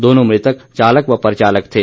दोनों मृतक चालक व परिचालक थे